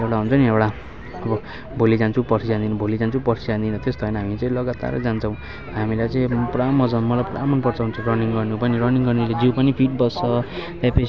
एउटा हुन्छ नि एउटा अब भोलि जान्छु पर्सी जाँदिन भोलि जान्छु पर्सी जाँदिन त्यस्तो होइन हामी चाहिँ लगातार जान्छौँ हामीलाई चाहिँ पुरा मज्जा मलाई पुरा मनपर्छ हुन्छ रनिङ गर्नु पनि रनिङ गर्नेले जिउ पनि फिट बस्छ त्यहाँपछि